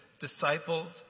disciples